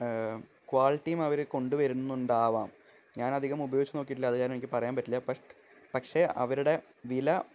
ക്വാളിറ്റിയും അവർ കൊണ്ട് വരുന്നുണ്ടാകാം ഞാനധികം ഉപയോഗിച്ച് നോക്കിയിട്ടില്ല അത് കാരണം പറയാൻ പറ്റില്ല പക്ഷെ അവരുടെ വില